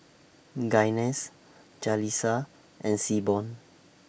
Gaines Jalissa and Seaborn